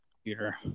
computer